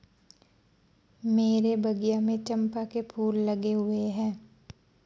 मेरे बगिया में चंपा के फूल लगे हुए हैं